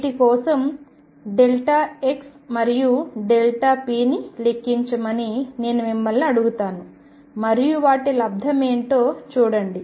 వీటి కోసం x మరియు p ని లెక్కించమని నేను మిమ్మల్ని అడుగుతాను మరియు వాటి లబ్దము ఏమిటో చూడండి